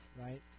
Right